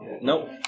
Nope